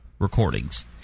Recordings